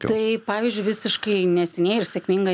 tai pavyzdžiui visiškai neseniai ir sėkminga